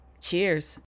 Cheers